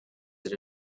that